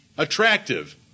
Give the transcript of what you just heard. attractive